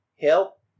help